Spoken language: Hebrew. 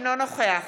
אינו נוכח